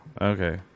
Okay